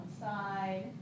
side